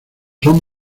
son